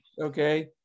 Okay